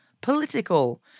political